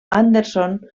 anderson